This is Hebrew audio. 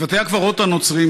בבתי הקברות הנוצריים,